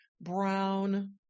brown